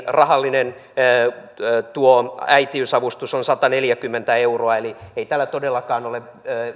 rahallinen äitiysavustus on sataneljäkymmentä euroa niin ei tällä todellakaan ole